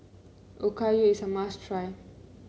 okayu is a must try